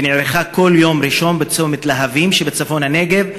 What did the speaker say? ונערכת כל יום ראשון בצומת להבים שבצפון הנגב,